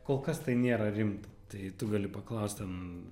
kol kas tai nėra rimta tai tu gali paklaust ten